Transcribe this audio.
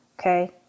Okay